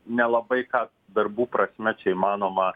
nelabai ką darbų prasme čia įmanoma